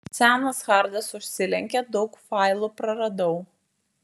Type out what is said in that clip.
senas hardas užsilenkė daug failų praradau